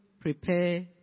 prepare